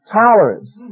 tolerance